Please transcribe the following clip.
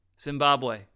Zimbabwe